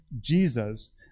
Jesus